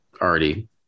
already